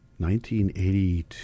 1982